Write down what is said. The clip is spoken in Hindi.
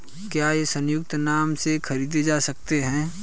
क्या ये संयुक्त नाम से खरीदे जा सकते हैं?